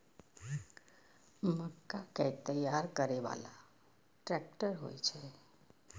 मक्का कै तैयार करै बाला ट्रेक्टर होय छै?